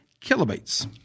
kilobytes